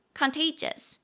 contagious